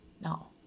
No